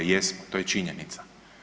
Jesmo, to je činjenica.